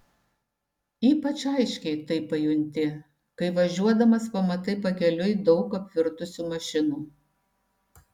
ypač aiškiai tai pajunti kai važiuodamas pamatai pakeliui daug apvirtusių mašinų